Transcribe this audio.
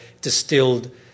distilled